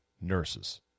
nurses